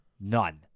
none